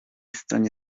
stronie